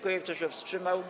Kto się wstrzymał?